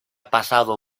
pasado